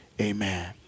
amen